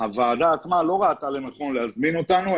הוועדה עצמה לא ראתה לנכון להזמין אותנו,